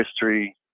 history